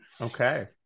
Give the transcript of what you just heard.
Okay